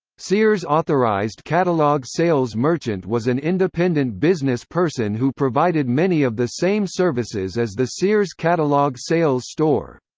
sears authorized catalog sales merchant was an independent business person who provided many of the same services as the sears catalog sales store.